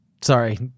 Sorry